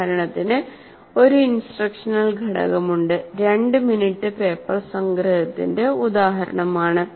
ഉദാഹരണത്തിന് ഒരു ഇൻസ്ട്രക്ഷണൽ ഘടകമുണ്ട് 2 മിനിറ്റ് പേപ്പർ സംഗ്രഹത്തിന്റെ ഉദാഹരണമാണ്